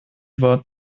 wort